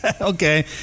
Okay